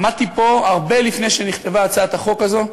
עמדתי פה הרבה לפני שנכתבה הצעת החוק הזו,